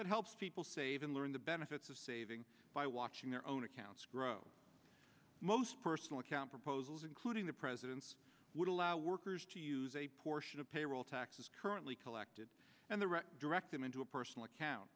that helps people save and learn the benefits of saving by watching their own accounts grow most personal account proposals including the president's would allow workers to use a portion of payroll taxes currently collected and the right direct them into a personal account